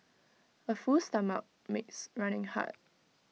A full stomach makes running hard